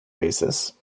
basis